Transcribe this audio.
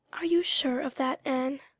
are you sure of that, anne?